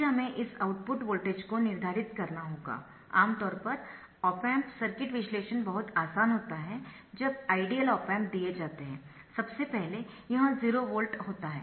फिर हमें इस आउटपुट वोल्टेज को निर्धारित करना होगा आमतौर पर ऑप एम्प सर्किट विश्लेषण बहुत आसान होता है जब आइडियल ऑप एम्प दिए जाते है सबसे पहले यह 0 वोल्ट होता है